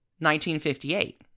1958